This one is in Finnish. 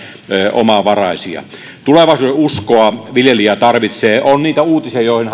omavaraisia tulevaisuudenuskoa viljelijä tarvitsee on niitä uutisia joihin